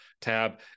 tab